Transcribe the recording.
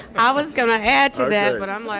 i was going to add to that but um like